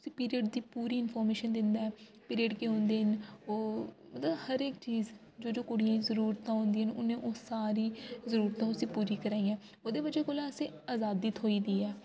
उसी पीरियड दी पूरी इन्फॉर्मेशन दिंदा ऐ पीरियड केह् होंदे न ओह् हर इक चीज जेह्दी कुड़ियें ई जरूरतां होंन्दिया न उ'नें ओह् सारी जरूरतां उसी पूरी कराइयां ओह्दे बजह् कोला असें आजादी थ्होई दी ऐ